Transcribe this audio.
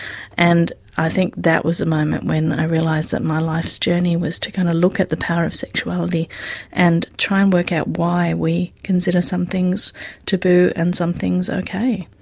and i think that was the moment when i realised that my life's journey was to kind of look at the power of sexuality and try and work out why we consider some things taboo and some things okay.